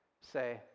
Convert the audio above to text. say